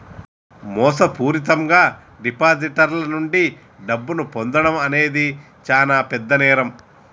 మోసపూరితంగా డిపాజిటర్ల నుండి డబ్బును పొందడం అనేది చానా పెద్ద నేరం